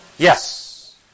Yes